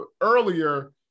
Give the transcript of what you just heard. earlier